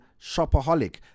shopaholic